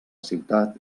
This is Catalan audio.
ciutat